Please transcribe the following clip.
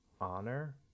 honor